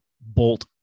bolt